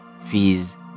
fees